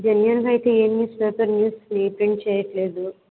జన్యూన్గా అయితే ఏ newspaper news చేయట్లేదు